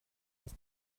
aus